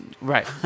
Right